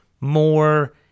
more